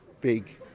big